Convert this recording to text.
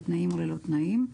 בתנאים או ללא תנאים.